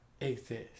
exist